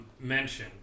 mention